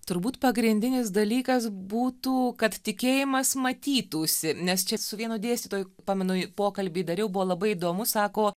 turbūt pagrindinis dalykas būtų kad tikėjimas matytųsi nes čia su vienu dėstytoju pamenu pokalbį dariau buvo labai įdomu sako